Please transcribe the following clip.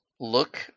look